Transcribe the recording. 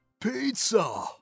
Pizza